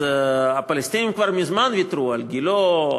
אז הפלסטינים כבר מזמן ויתרו על גילה,